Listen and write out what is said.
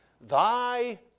Thy